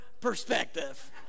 perspective